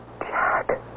Jack